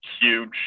huge